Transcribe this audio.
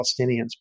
Palestinians